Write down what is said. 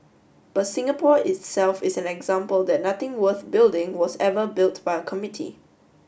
but Singapore itself is an example that nothing worth building was ever built by a committee